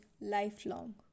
lifelong